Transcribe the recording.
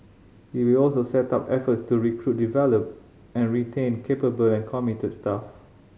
it will also step up efforts to recruit develop and retain capable and committed staff